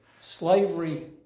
slavery